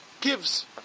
gives